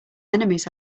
enemies